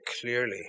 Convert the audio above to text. clearly